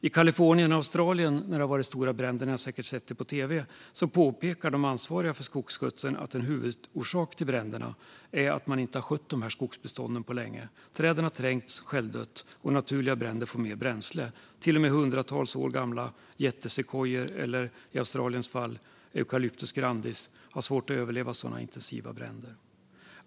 Vid de stora bränderna i Kalifornien och Australien - ni har säkert sett på tv - påpekar de ansvariga för skogsskötseln att en huvudorsak till bränderna är att man inte skött de här skogsbestånden på länge. Träden har trängts och självdött, och naturliga bränder får mer bränsle. Till och med hundratals år gamla jättestora träd av arten sekvoja, eller i Australiens fall eucalyptus grande, har svårt att överleva sådana intensiva bränder.